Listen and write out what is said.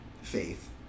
faith